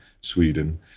Sweden